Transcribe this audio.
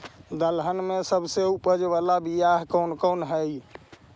दलहन में सबसे उपज बाला बियाह कौन कौन हइ?